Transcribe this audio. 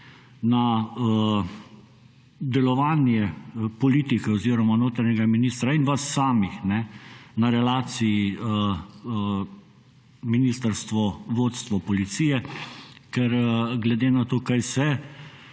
na delovanje politike oziroma notranjega ministra in vas samih na relaciji ministrstvo–vodstvo policije. Ker glede na to, kaj se